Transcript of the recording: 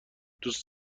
دوست